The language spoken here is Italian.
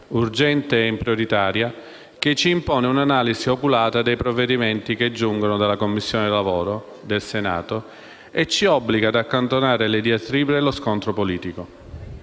urgente e prioritaria, che ci impone un'analisi oculata dei provvedimenti che ci giungono dalla Commissione lavoro, previdenza sociale del Senato e ci obbliga ad accantonare le diatribe e lo scontro politico.